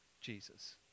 Jesus